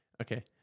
Okay